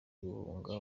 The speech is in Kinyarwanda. guhunga